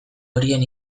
horien